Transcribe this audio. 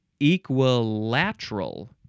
equilateral